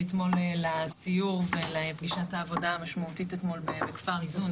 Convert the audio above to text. לסיור ולפגישת העבודה המשמעותית אתמול בכפר איזון.